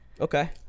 Okay